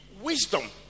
wisdom